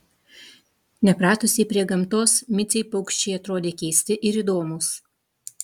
nepratusiai prie gamtos micei paukščiai atrodė keisti ir įdomūs